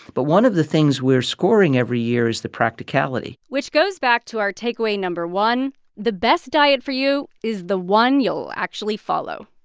but one of the things we're scoring every year is the practicality which goes back to our takeaway no. one the best diet for you is the one you'll actually follow